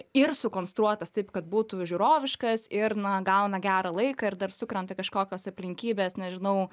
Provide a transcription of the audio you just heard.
ir sukonstruotas taip kad būtų žiūroviškas ir na gauna gerą laiką ir dar sukrenta kažkokios aplinkybės nežinau